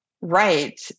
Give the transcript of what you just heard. right